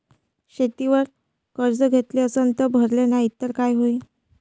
शेतीवर कर्ज घेतले अस ते भरले नाही तर काय होईन?